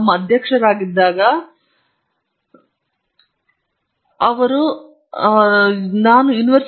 ನಂತರ ನಾನು ಹೋಗಿದ್ದೆವು ಒಂದು ಸಂಶೋಧನಾ ಉದ್ಯಾನ 10 ಎಕರೆ ಸೈಟ್ ನಮ್ಮ ಬಜೆಟ್ ಕೂಡ ಆ ಸಮಯದಲ್ಲಿ 300 ಕೋರ್ಗಳನ್ನು ಹೊಂದಿತ್ತು ಎಂದು ನಿಮಗೆ ತಿಳಿದಿದೆ